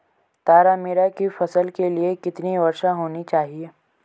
तारामीरा की फसल के लिए कितनी वर्षा होनी चाहिए?